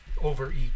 overeat